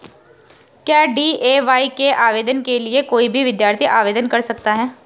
क्या डी.ए.वाय के आवेदन के लिए कोई भी विद्यार्थी आवेदन कर सकता है?